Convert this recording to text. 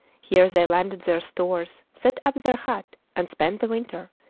here they landed their stores, set up their hut, and spent the winter,